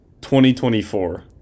2024